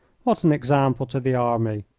what an example to the army,